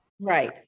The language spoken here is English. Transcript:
right